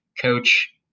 coach